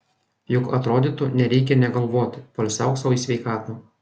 juk atrodytų nereikia nė galvoti poilsiauk sau į sveikatą